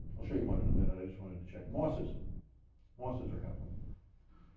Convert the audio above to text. i'll show you one in a minute. i just wanted to check. mosses mosses are haploid.